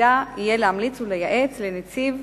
שתפקידה יהיה להמליץ ולייעץ לנציב,